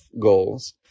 goals